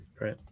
Right